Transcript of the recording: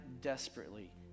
desperately